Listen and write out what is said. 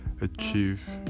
achieve